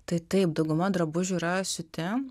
tai taip dauguma drabužių yra siūti